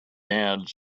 ads